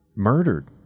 Murdered